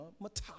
Matata